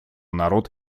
народ